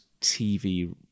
TV